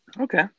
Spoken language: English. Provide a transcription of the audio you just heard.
Okay